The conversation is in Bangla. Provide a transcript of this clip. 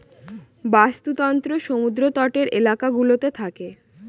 বাস্তুতন্ত্র সমুদ্র তটের এলাকা গুলোতে থাকে